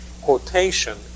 quotation